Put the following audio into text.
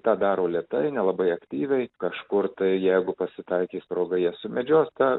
tą daro lėtai nelabai aktyviai kažkur tai jeigu pasitaikys proga jie sumedžios tą